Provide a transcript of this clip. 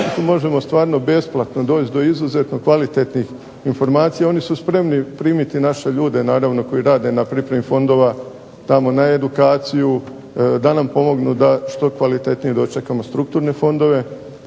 možemo stvarno besplatno doći do izuzetno kvalitetnih informacija. Oni su spremni primiti naše ljude, naravno koji rade na pripremi fondova, tamo na edukaciju da nam pomognu da što kvalitetnije dočekamo strukturne fondove.